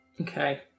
okay